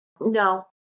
No